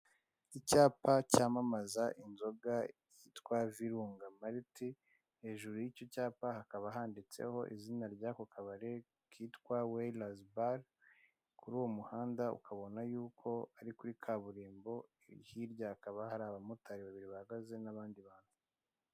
Icyapa cyamamaza inzoga yitwa virunga mariti hejuru y'icyo cyapa hakaba handitseho izina ry'ako kabari kitwa werazi bare, kuri uwo muhanda ukabona yuko ari kuri kaburimbo, hirya hakaba hari abamotari bahagaze n'abandi bantu.